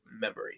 memory